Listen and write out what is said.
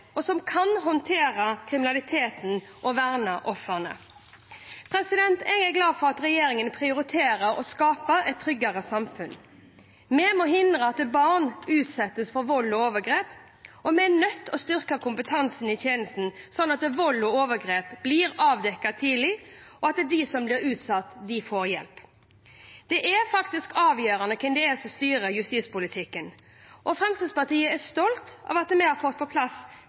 og som kan håndtere kriminaliteten og verne ofrene. Jeg er glad for at regjeringen prioriterer å skape et tryggere samfunn. Vi må hindre at barn utsettes for vold og overgrep, og vi er nødt til å styrke kompetansen i tjenesten, slik at vold og overgrep blir avdekket tidlig, og slik at de som er utsatt, får hjelp. Det er faktisk avgjørende hvem det er som styrer justispolitikken. Fremskrittspartiet er stolt over de tingene vi har fått på plass